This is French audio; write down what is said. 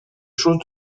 chose